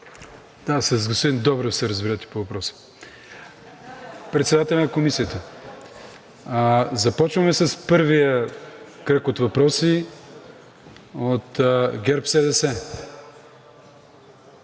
С господин Добрев се разберете по въпроса – председателя на Комисията. Започваме с първия кръг от въпроси от ГЕРБ-СДС.